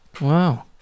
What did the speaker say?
wow